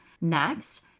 Next